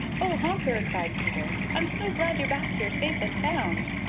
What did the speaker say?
oh, honker, cried peter, i'm so glad you're back here safe and sound.